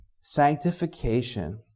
sanctification